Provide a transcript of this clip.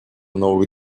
новых